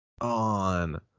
on